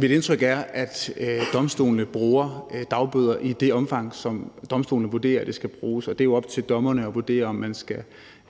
Mit indtryk er, at domstolene bruger dagbøder i det omfang, som domstolene vurderer at det skal bruges, og det er jo op til dommerne at vurdere, om man skal